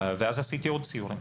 אז עשיתי עוד ציורים